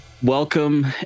Welcome